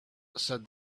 said